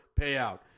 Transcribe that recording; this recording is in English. payout